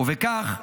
ובכך,